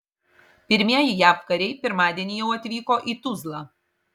pirmieji jav kariai pirmadienį jau atvyko į tuzlą